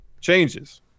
changes